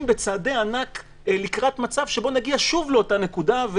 בצעדי ענק לקראת מצב שבו נגיע שוב לאותה נקודה.